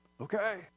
okay